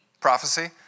Prophecy